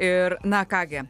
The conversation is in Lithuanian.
ir na ką gi